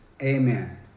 Amen